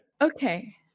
Okay